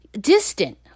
distant